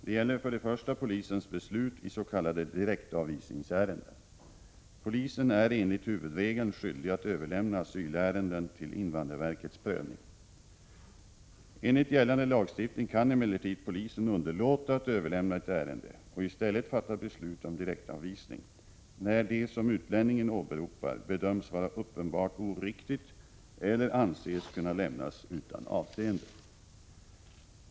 Det gäller för det första polisens beslut i s.k. direktavvisningsärenden. Polisen är enligt huvudregeln skyldig att överlämna asylärenden till invandrarverkets prövning. Enligt gällande lagstiftning kan emellertid polisen underlåta att överlämna — Prot. 1986/87:102 ett ärende och i stället fatta beslut om direktavvisning, när det som 6 april 1987 utlänningen åberopar bedöms vara uppenbart oriktigt eller anses kunna lämnas utan avseende.